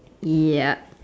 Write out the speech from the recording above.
yup